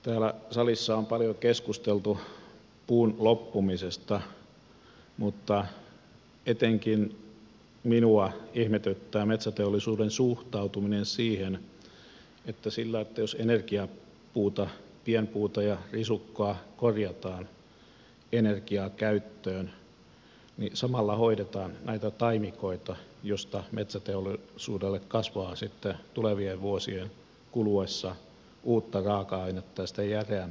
täällä salissa on paljon keskusteltu puun loppumisesta mutta etenkin minua ihmetyttää metsäteollisuuden suhtautuminen siihen että kun energiapuuta pienpuuta ja risukkoa korjataan energiakäyttöön niin samalla hoidetaan näitä taimikoita joista metsäteollisuudelle kasvaa sitten tulevien vuosien kuluessa uutta raaka ainetta ja sitä järeämpää puuta